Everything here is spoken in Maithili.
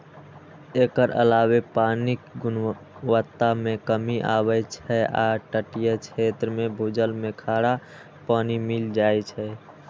एकर अलावे पानिक गुणवत्ता मे कमी आबै छै आ तटीय क्षेत्र मे भूजल मे खारा पानि मिल जाए छै